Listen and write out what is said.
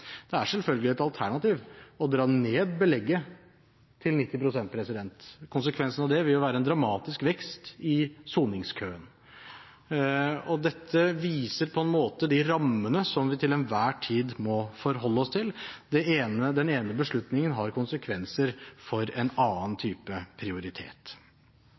Det er selvfølgelig et alternativ å dra ned belegget til 90 pst. Konsekvensen av det vil jo være en dramatisk vekst i soningskøen. Dette viser på en måte de rammene som vi til enhver tid må forholde oss til. Den ene beslutningen har konsekvenser for en annen type prioritet.